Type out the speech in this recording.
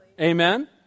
Amen